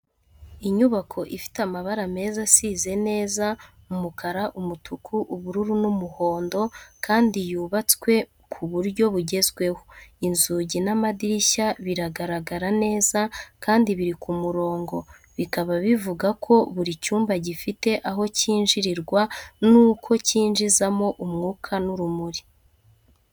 Inyubako ifite amabara meza asize neza: umukara, umutuku, ubururu n’umuhondo kandi yubatswe ku buryo bugezweho. Inzugi n'amadirishya biragaragara neza kandi biri ku murongo bikaba bivuga ko buri cyumba gifite aho cyinjirirwa n'uko cyinjizamo umwuka n'urumuri.